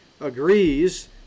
agrees